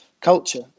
culture